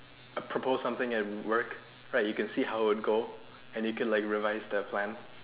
uh propose something in work right you can see how it goes then you can revise that plan